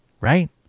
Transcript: Right